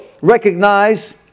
recognize